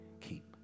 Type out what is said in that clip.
Keep